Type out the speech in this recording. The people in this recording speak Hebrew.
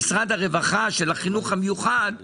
של החינוך המיוחד במשרד הרווחה.